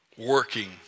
working